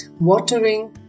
watering